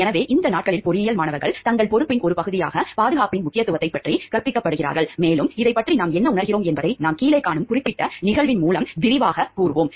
எனவே இந்த நாட்களில் பொறியியல் மாணவர்கள் தங்கள் பொறுப்பின் ஒரு பகுதியாக பாதுகாப்பின் முக்கியத்துவத்தைப் பற்றி கற்பிக்கப்படுகிறார்கள் மேலும் இதைப் பற்றி நாம் என்ன உணர்கிறோம் என்பதை நாம் கீழே காணும் குறிப்பிட்ட நிகழ்வின் மூலம் விரிவாகக் கூறுவோம்